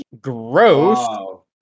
Gross